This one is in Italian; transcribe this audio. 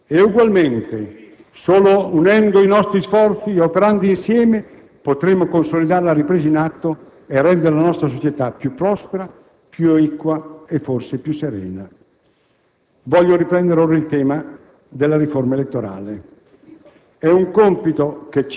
Solo mostrandoci uniti, potremo sconfiggere in modo definitivo il terrorismo. Ugualmente, solo unendo i nostri sforzi e operando insieme potremo consolidare la ripresa in atto e rendere la nostra società più prospera, più equa e, forse, più serena.